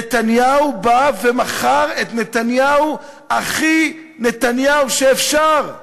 נתניהו בא ומכר את נתניהו הכי נתניהו שאפשר.